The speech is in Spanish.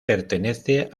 pertenece